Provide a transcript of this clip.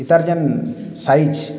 ଇତାର୍ ଯେନ୍ ସାଇଜ୍